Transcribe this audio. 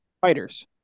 Fighters